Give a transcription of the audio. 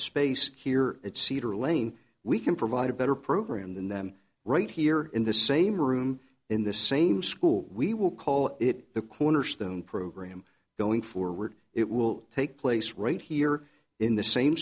space here at cedar lane we can provide a better program than them right here in the same room in the same school we will call it the cornerstone program going forward it will take place right here in the same